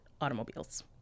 automobiles